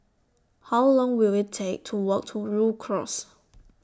How Long Will IT Take to Walk to Rhu Cross